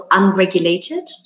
unregulated